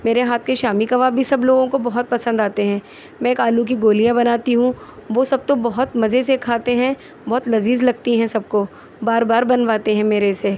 میرے ہاتھ کے شامی کباب بھی سب لوگوں کو بہت پسند آتے ہیں میں ایک آلو کی گولیاں بناتی ہوں وہ سب تو بہت مزے سے کھاتے ہیں بہت لذیذ لگتی ہیں سب کو بار بار بنواتے ہیں میرے سے